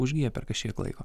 užgyja per kažkiek laiko